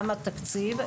גם התקציב,